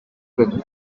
been